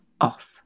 off